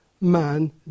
man